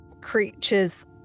creatures